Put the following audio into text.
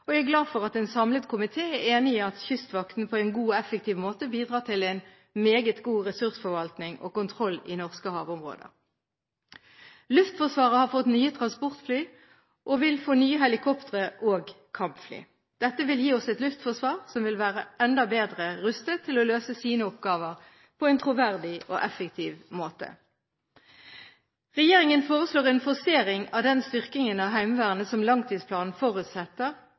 Jeg er glad for at en samlet komité er enig i at Kystvakten på en god og effektiv måte bidrar til en meget god ressursforvaltning og kontroll i norske havområder. Luftforsvaret har fått nye transportfly og vil få nye helikoptre og kampfly. Dette vil gi oss et luftforsvar som vil være enda bedre rustet til å løse sine oppgaver på en troverdig og effektiv måte. Regjeringen forslår en forsering av den styrkingen av Heimevernet som langtidsplanen forutsetter.